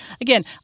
Again